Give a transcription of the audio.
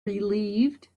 relieved